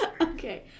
Okay